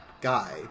guy